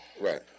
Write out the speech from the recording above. Right